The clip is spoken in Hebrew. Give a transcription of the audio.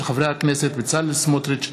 של חברי הכנסת בצלאל סמוטריץ,